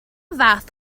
fath